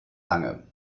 lange